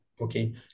Okay